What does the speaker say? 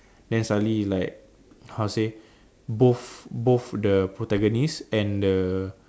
then suddenly like how to say both both the protagonist and the